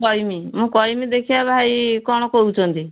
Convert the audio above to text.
କଇମି ମୁଁ କଇମି ଦେଖିଆ ଭାଇ କଣ କହୁଛନ୍ତି